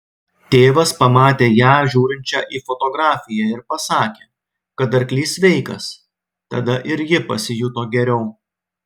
tėvas pamatė ją žiūrinčią į fotografiją ir pasakė kad arklys sveikas tada ir ji pasijuto geriau